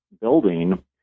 building